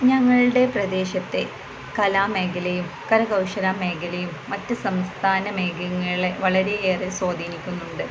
ഞങ്ങളുടെ പ്രദേശത്തെ കലാമേഖലയും കരകൗശലമേഖലയും മറ്റു സംസ്ഥാന മേഖലകളെ വളരെയേറെ സ്വാധീനിക്കുന്നുണ്ട്